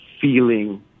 feeling